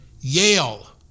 Yale